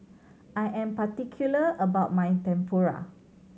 I am particular about my Tempura